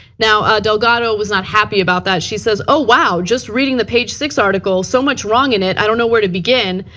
delgado was not happy about that. she says, oh wow, just reading the page six article. so much wrong in it, i don't know where to begin.